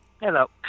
Hello